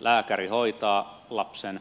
lääkäri hoitaa lapsen